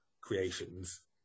creations